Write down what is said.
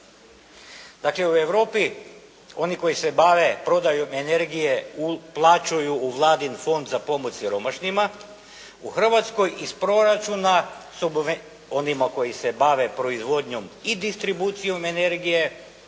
Dakle u Europi oni koji se bave prodajom energije uplaćuju u vladin Fond za pomoć siromašnima, u Hrvatskoj iz proračuna onima koji se bave proizvodnjom i distribucijom energije,